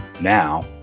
Now